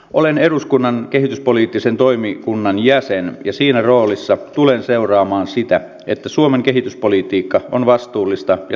olen eduskunnan kehityspoliittisen toimikunnan jäsen ja siinä roolissa tulen seuraamaan sitä että suomen kehityspolitiikka on vastuullista ja tuloksellista